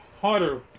harder